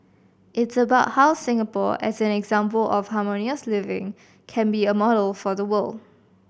it's about how Singapore as an example of harmonious living can be a model for the world